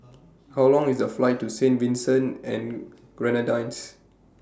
How Long IS The Flight to Saint Vincent and Grenadines